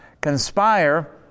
conspire